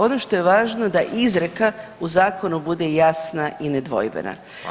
Ono što je važno da izreka u zakonu bude jasna i nedvojbena.